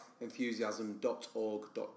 enthusiasm.org.uk